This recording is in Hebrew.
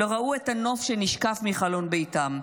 לא ראו את הנוף שנשקף מחלון ביתם.